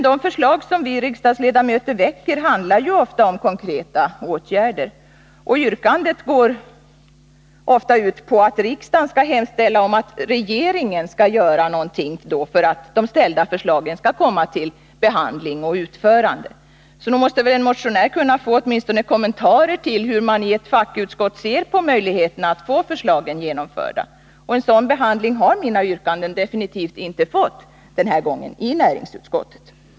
De förslag som vi riksdagsledamöter väcker handlar ju ofta om konkreta åtgärder, och yrkandet går ofta ut på att riksdagen skall hemställa att regeringen gör någonting för att de framställda förslagen skall utföras. Nog måste väl en motionär då kunna få åtminstone kommentarer till hur man i ett fackutskott ser på möjligheterna att få förslagen genomförda. En sådan behandling har mina yrkanden definitivt inte fått den här gången i näringsutskottet.